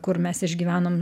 kur mes išgyvenom